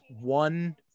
one